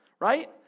Right